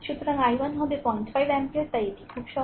সুতরাং i1 হবে 05 ampere তাই এটি খুব সহজ